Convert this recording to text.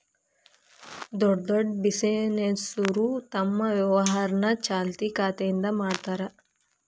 ದೊಡ್ಡ್ ದೊಡ್ಡ್ ಬಿಸಿನೆಸ್ನೋರು ತಮ್ ವ್ಯವಹಾರನ ಚಾಲ್ತಿ ಖಾತೆಯಿಂದ ಮಾಡ್ತಾರಾ